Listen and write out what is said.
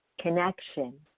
connection